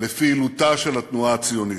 לפעילותה של התנועה הציונית.